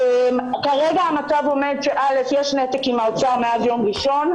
כרגע המצב עומד שיש נתק עם האוצר מיום ראשון,